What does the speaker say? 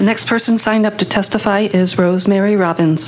the next person signed up to testify is rosemary robbins